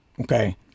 Okay